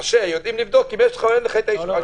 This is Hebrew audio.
אנשיה יודעים לבדוק אם יש לך או אין לך את האישור.